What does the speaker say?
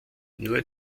nur